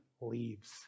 leaves